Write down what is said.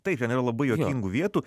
taip ten yra labai juokingų vietų